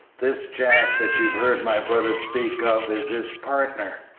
this jack that you've heard my brother speak of is his partner.